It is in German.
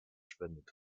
spendet